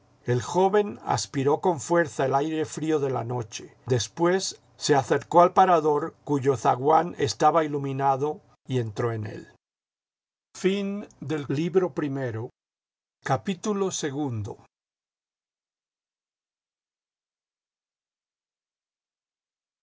el joven aspiró con fuerza el aire frío de la noche después se acercó al parador cuya zaguán estaba iluminado y entró en él